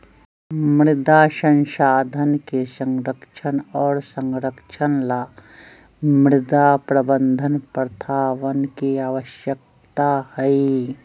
मृदा संसाधन के संरक्षण और संरक्षण ला मृदा प्रबंधन प्रथावन के आवश्यकता हई